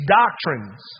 doctrines